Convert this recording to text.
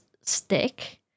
stick